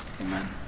Amen